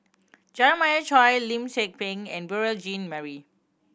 Jeremiah Choy Lim Tze Peng and Beurel Jean Marie